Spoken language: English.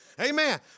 Amen